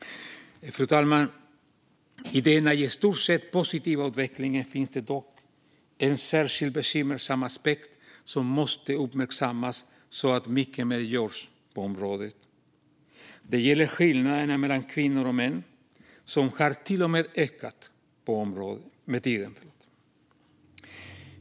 Fru talman! I denna i stort sett positiva utveckling finns dock en särskilt bekymmersam aspekt som måste uppmärksammas så att mycket mer görs på området. Det gäller skillnaderna mellan kvinnor och män som till och med har ökat med tiden.